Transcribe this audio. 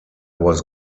was